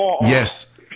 Yes